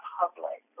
public